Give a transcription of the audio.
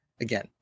again